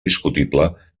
discutible